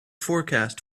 forecast